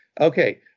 Okay